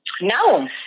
No